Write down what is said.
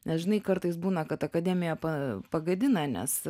na žinai kartais būna kad akademija pa pagadina nes